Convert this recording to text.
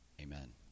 Amen